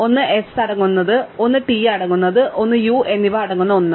ഒന്ന് s അടങ്ങുന്ന ഒന്ന് t അടങ്ങുന്ന ഒന്ന് u എന്നിവ അടങ്ങുന്ന ഒന്ന്